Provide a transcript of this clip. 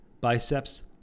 Biceps